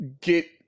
get